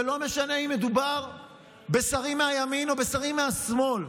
ולא משנה אם מדובר בשרים מהימין או בשרים מהשמאל,